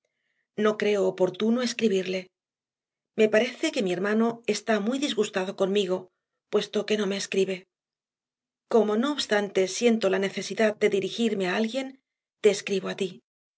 o creo oportuno escribirle m e parece que mi hermano está muy disgustado conmigo puesto queno meescribe como no obstante siento la necesidad dedirigirmea alguien teescribo a ti